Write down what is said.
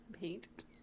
Paint